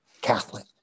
Catholic